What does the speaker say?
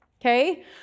okay